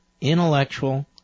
intellectual